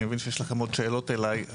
אני מבין שיש לכם עוד שאלות אליי.